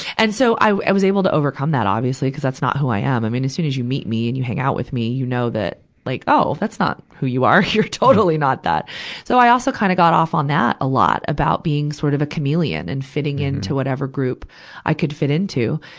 and so, i, i was able to overcome that, obviously, cuz that's not who i am. i mean, as soon as you meet me and you hang out with me, you know that like, oh, that's not who you are? you're totally not that so, i also kind of got off on that a lot, about being sort of a chameleon and fitting into whatever group i could fit into.